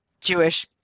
Jewish